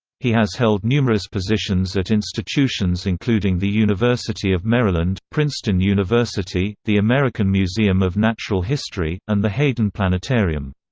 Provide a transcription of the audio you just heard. he has held numerous positions at institutions including the university of maryland, princeton university, the american museum of natural history, and the hayden planetarium.